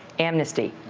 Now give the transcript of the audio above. amnesty.